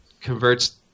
converts